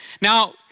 Now